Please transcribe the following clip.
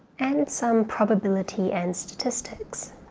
and some probability and statistics.